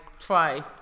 try